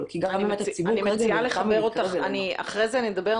כי גם אם הציבור --- אחרי זה נדבר,